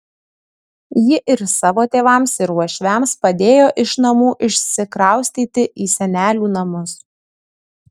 ji ir savo tėvams ir uošviams padėjo iš namų išsikraustyti į senelių namus